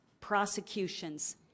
prosecutions